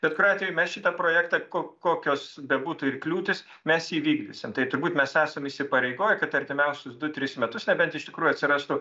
bet kuriuo atveju mes šitą projektą ko kokios bebūtų ir kliūtys mes jį vykdysim tai turbūt mes esam įsipareigoję kad artimiausius du tris metus nebent iš tikrųjų atsirastų